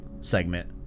segment